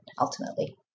ultimately